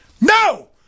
No